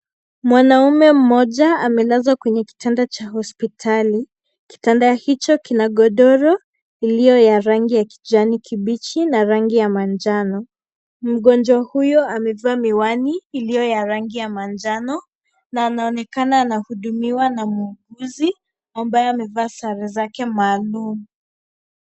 Mwanaume moja amelazwa kwenye kitanda cha hospitali. Kitanda hicho kina godoro la rangi ya kijani kibichi na manjano. Mgonjwa huyo amevaa miwani iliyo ya rangi ya manjano na anaonekana anahudumiwa na muuguzi ambaye amevaa sare zake maalum.